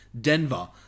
Denver